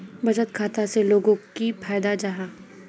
बचत खाता से लोगोक की फायदा जाहा?